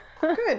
Good